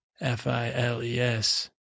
F-I-L-E-S